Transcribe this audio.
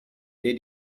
they